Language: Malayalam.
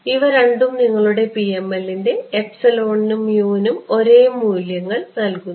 ഇവ രണ്ടും നിങ്ങളുടെ PML ൻറെ നും നും ഒരേ മൂല്യങ്ങൾ നൽകുന്നു